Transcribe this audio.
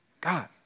God